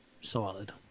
Solid